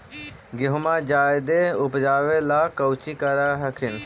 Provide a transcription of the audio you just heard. गेहुमा जायदे उपजाबे ला कौची कर हखिन?